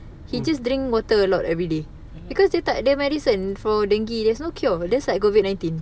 ah